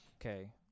okay